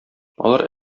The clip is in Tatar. алар